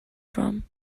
from